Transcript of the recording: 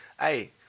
Hey